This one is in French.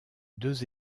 deux